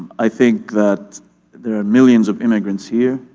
i think that there are millions of immigrants here,